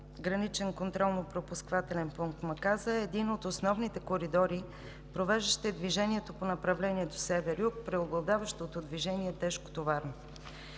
Граничен контролно-пропускателен пункт Маказа, е един от основните коридори, провеждащи движението по направлението север-юг, преобладаващото движение е тежкотоварно.